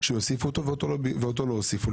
ואותו לא הוסיפו.